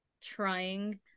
trying